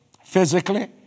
physically